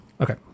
okay